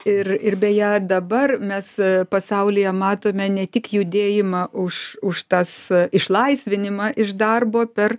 ir ir beje dabar mes pasaulyje matome ne tik judėjimą už už tas išlaisvinimą iš darbo per